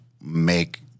make